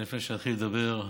לפני שאתחיל לדבר,